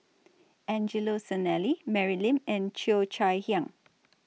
Angelo Sanelli Mary Lim and Cheo Chai Hiang